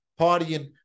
partying